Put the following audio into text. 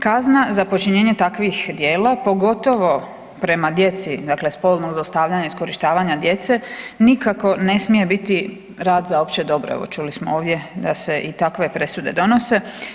Kazna za počinjenje takvih djela pogotovo prema djeci dakle spolnog zlostavljanja iskorištavanja djece nikako ne smije biti rad za opće dobro, evo čuli smo ovdje da se i takve presude donose.